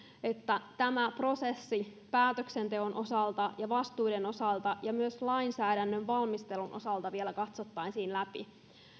että tämä prosessi päätöksenteon osalta ja vastuiden osalta ja myös lainsäädännön valmistelun osalta vielä katsottaisiin läpi